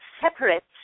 separate